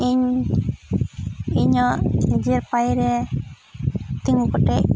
ᱤᱧ ᱤᱧᱟᱹᱜ ᱱᱤᱡᱮᱨ ᱯᱟᱭᱮ ᱨᱮ ᱛᱤᱸᱜᱩ ᱠᱮᱴᱮᱡ